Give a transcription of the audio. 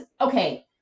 okay